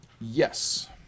yes